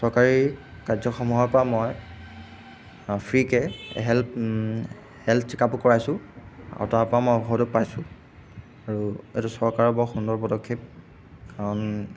চৰকাৰী কাৰ্যসমূহৰপৰা মই ফ্ৰীকৈ হেল্প হেল্থ চেকআপো কৰাইছোঁ আৰু তাৰপৰা মই ঔষধো পাইছোঁ আৰু এইটো চৰকাৰৰ বৰ সুন্দৰ পদক্ষেপ কাৰণ